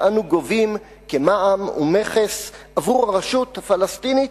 שאנו גובים כמע"מ ומכס עבור הרשות הפלסטינית,